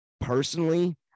Personally